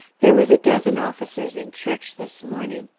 there was a dozen officers in church this morning,